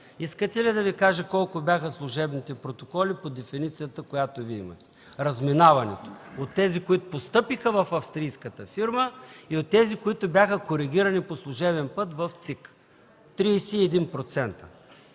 Искате ли да Ви кажа колко бяха служебните протоколи, по дефиницията, която Вие имате? Разминаването от тези, които постъпиха в австрийската фирма и от тези, които бяха коригирани по служебен път в ЦИК – 31%.